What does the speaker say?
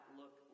look